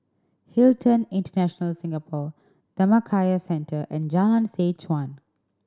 Hilton International Singapore Dhammakaya Centre and Jalan Seh Chuan